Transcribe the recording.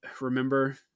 remember